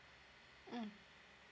mm